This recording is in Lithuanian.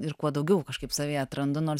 ir kuo daugiau kažkaip savyje atrandu nors